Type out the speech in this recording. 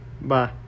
Bye